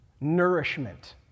nourishment